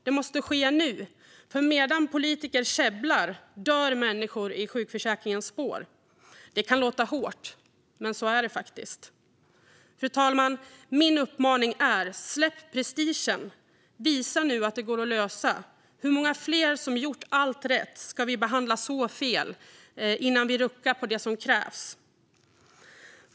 Detta måste ske nu, för medan politiker käbblar dör människor i sjukförsäkringens spår. Det kan låta hårt, men så är det faktiskt. Fru talman! Min uppmaning är: Släpp prestigen och visa att det går att lösa det här! Hur många fler som har gjort allt rätt ska vi behandla så fel innan vi gör det som krävs?